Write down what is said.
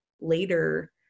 later